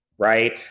Right